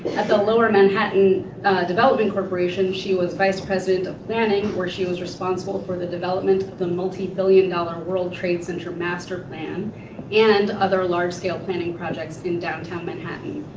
at the lower manhattan development corporation she was vice president for planning where she was responsible for the development of the multi-billion dollar world trade center master plan and other large scale planning projects in downtown manhattan.